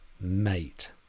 Mate